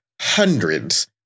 hundreds